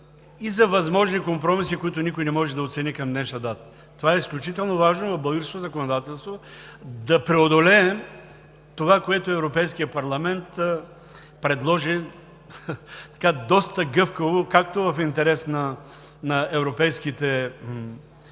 и за възможни компромиси, които никой не може да оцени към днешна дата. Това е изключително важно за българското законодателство – да преодолеем това, което Европейският парламент предложи доста гъвкаво, както в интерес на европейските